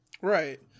Right